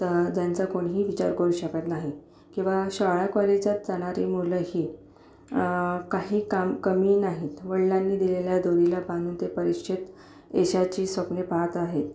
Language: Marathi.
तर ज्यांचा कोणीही विचार करू शकत नाही किंवा शाळा कॉलेजात जाणारी मुलंही काही काम कमी नाहीत वडिलांनी दिलेल्या दोरीला बांधून ते परीक्षेत यशाची स्वप्ने पाहत आहेत